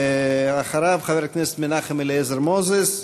אחריו, חברי הכנסת מנחם אליעזר מוזס,